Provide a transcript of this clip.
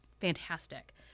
fantastic